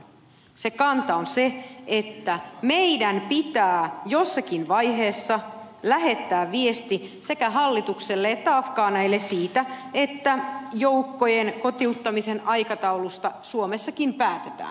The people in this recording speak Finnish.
se kanta on se että meidän pitää jossakin vaiheessa lähettää viesti sekä hallitukselle että afgaaneille siitä että joukkojen kotiuttamisen aikataulusta suomessakin päätetään